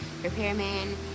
repairman